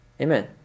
Amen